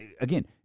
again